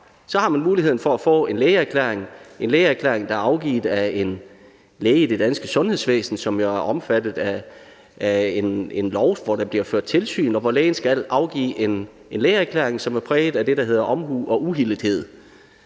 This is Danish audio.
Så har man muligheden for at få en lægeerklæring, en lægeerklæring, der er afgivet af en læge i det danske sundhedsvæsen, som jo er omfattet af en lov, hvor der bliver ført tilsyn, og hvor lægen skal afgive en lægeerklæring, som er præget af det, der hedder omhu og uhildethed,